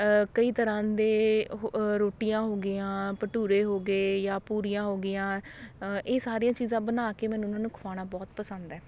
ਕਈ ਤਰ੍ਹਾਂ ਦੇ ਅ ਰੋਟੀਆਂ ਹੋ ਗਈਆਂ ਭਟੂਰੇ ਹੋ ਗਏ ਜਾਂ ਪੂਰੀਆਂ ਹੋ ਗਈਆਂ ਇਹ ਸਾਰੀਆਂ ਚੀਜ਼ਾਂ ਬਣਾ ਕੇ ਮੈਨੂੰ ਉਹਨਾਂ ਨੂੰ ਖਵਾਣਾ ਬਹੁਤ ਪਸੰਦ ਹੈ